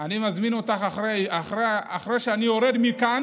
אני מזמין אותך, אחרי שאני יורד מכאן